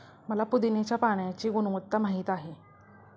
मला पुदीन्याच्या पाण्याची गुणवत्ता माहित आहे